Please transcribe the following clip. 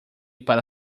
para